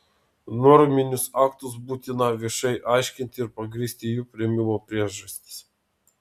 norminius aktus būtina viešai aiškinti ir pagrįsti jų priėmimo priežastis